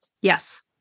Yes